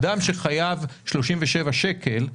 אדם שחייב 37 שקלים,